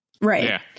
Right